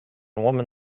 woman